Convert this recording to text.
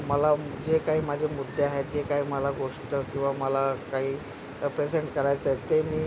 मला जे काही माझे मुद्दे आहेत जे काही मला गोष्ट किंवा मला काही प्रेझेंट करायचं आहे ते मी